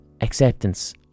acceptance